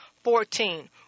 Fourteen